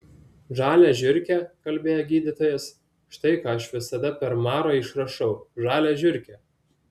žalią žiurkę kalbėjo gydytojas štai ką aš visada per marą išrašau žalią žiurkę